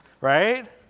right